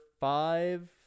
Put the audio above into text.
five